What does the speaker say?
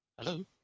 Hello